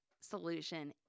solution